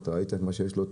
ראית את מה שיש לו,